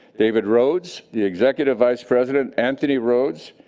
david rhodes, the executive vice-president, anthony rhodes,